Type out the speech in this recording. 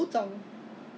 你去那边喝 ah